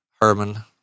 Herman